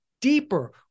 deeper